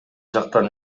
жактан